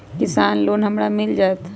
किसान लोन हमरा मिल जायत?